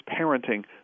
parenting